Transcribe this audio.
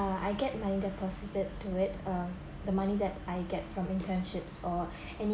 uh I get money deposited to it uh the money that I get from internships or any